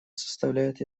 составляет